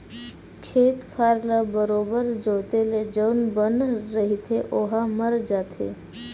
खेत खार ल बरोबर जोंते ले जउन बन रहिथे ओहा मर जाथे